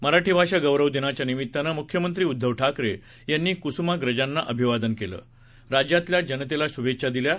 मराठी भाषा गौरव दिनाच्या निमीत्तानं मुख्यमंत्री उद्धव ठाकरे यांनी कुसूमाग्रजांना अभिवादन करत राज्यातल्या जनतेला शुभेच्छा दिल्या आहेत